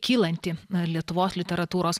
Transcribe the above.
kylanti lietuvos literatūros